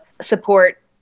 support